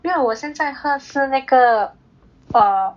以为我现在喝是那个 err